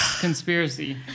conspiracy